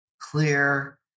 clear